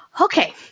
Okay